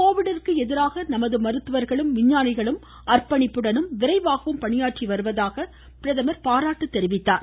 கோவிடிற்கு எதிராக நமது மருத்துவர்களும் விஞ்ஞானிகளும் அர்ப்பணிப்புடனும் விரைவாகவும் பணியாற்றி வருவதாக பிரதமர் பாராட்டியுள்ளார்